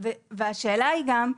והשאלה היא גם,